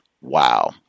wow